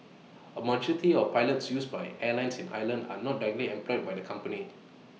A majority of pilots used by airline in Ireland are not directly employed by the company